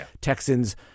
Texans